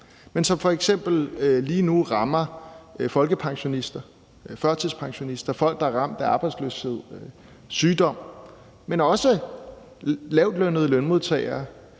som f.eks. lige nu rammer folkepensionister, førtidspensionister og folk, der er ramt af arbejdsløshed og sygdom, men også lavtlønnede lønmodtagere,